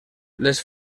les